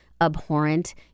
abhorrent